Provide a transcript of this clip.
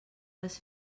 les